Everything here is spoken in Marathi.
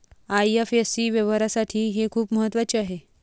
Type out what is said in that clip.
आई.एफ.एस.सी व्यवहारासाठी हे खूप महत्वाचे आहे